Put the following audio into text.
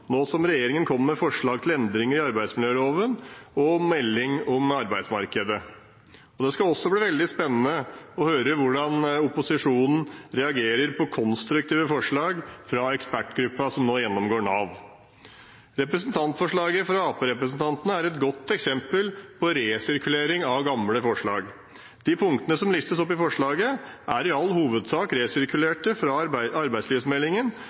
nå som regjeringen kommer med forslag til endringer i arbeidsmiljøloven og en melding om arbeidsmarkedet. Det skal også bli veldig spennende å høre hvordan opposisjonen reagerer på konstruktive forslag fra ekspertgruppen som nå gjennomgår Nav. Representantforslaget fra arbeiderpartirepresentantene er et godt eksempel på resirkulering av gamle forslag. De punktene som listes opp i forslaget, er i all hovedsak resirkulert fra arbeidslivsmeldingen,